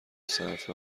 صرف